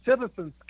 Citizens